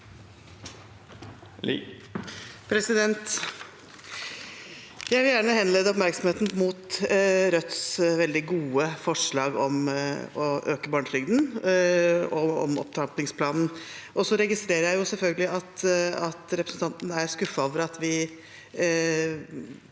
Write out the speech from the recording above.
Jeg vil gjerne henlede oppmerksomheten mot Rødts veldig gode forslag, om å øke barnetrygden og om opptrappingsplanen. Jeg registrerer selvfølgelig at representanten er skuffet over at vi